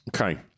Okay